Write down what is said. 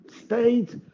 states